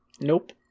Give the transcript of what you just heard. Nope